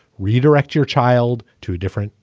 redirect your child to a different.